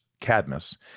Cadmus